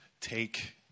take